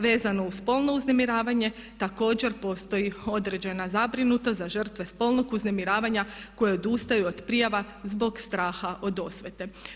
Vezano uz spolno uznemiravanje također postoji određena zabrinutost za žrtve spolnog uznemiravanja koje odustaju od prijava zbog straha od osvete.